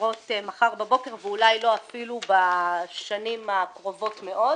לקרות מחר בבוקר ואולי אפילו לא בשנים הקרובות מאוד.